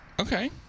Okay